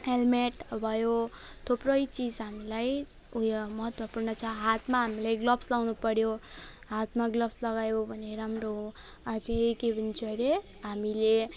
helmet भयो थुप्रै चिज हामीलाई उयो महत्त्वपूर्ण छ हातमा हामीलाई ग्लभ्स लगाउनुपर्यो हातमा ग्लभ्स लगायो भने राम्रो हो अझै के भन्छ अरे हामीले